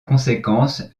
conséquence